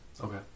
Okay